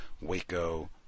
Waco